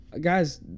guys